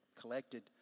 collected